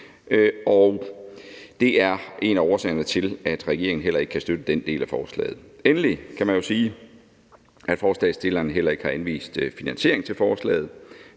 det er en af årsagerne til, at regeringen heller ikke kan støtte den del af forslaget. Endelig kan man jo sige, at forslagsstillerne heller ikke har anvist finansiering af forslaget.